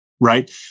right